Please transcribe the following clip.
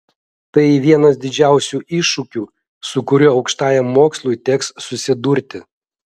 tai vienas didžiausių iššūkių su kuriuo aukštajam mokslui teks susidurti